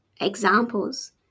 examples